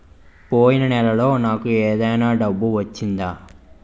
పోయిన నెలలో నాకు ఏదైనా డబ్బు వచ్చిందా?